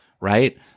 right